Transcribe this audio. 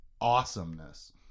awesomeness